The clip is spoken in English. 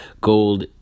Gold